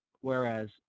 Whereas